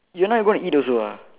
you are not gonna eat also ah